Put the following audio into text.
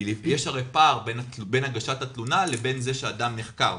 כי יש פער בין הגשת התלונה לבין זה שאדם נחקר.